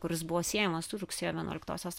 kuris buvo siejamas su rugsėjo vienuoliktosios